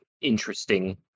interesting